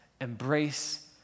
embrace